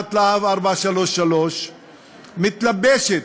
יחידת "להב 433" מתלבשת,